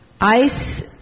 ICE